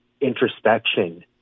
introspection